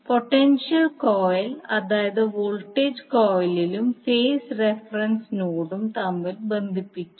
potential coil അതായത് voltage കോയിലും ഫേസും റഫറൻസ് നോഡും തമ്മിൽ ബന്ധിപ്പിക്കും